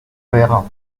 faire